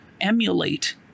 emulate